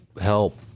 help